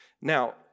Now